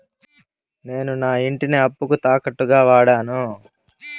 నేను నా ఇంటిని అప్పుకి తాకట్టుగా వాడాను